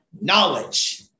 knowledge